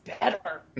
better